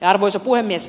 arvoisa puhemies